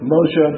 Moshe